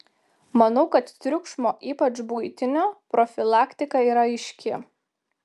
manau kad triukšmo ypač buitinio profilaktika yra aiški